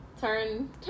Turn